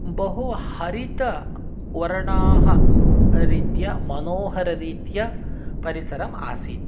बहुहरितवर्णरीत्या मनोहररीत्या परिसरम् आसीत्